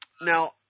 Now